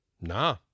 Nah